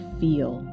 feel